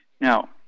Now